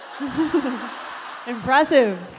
Impressive